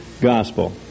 gospel